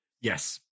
yes